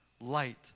light